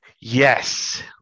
yes